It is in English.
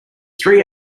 three